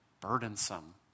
burdensome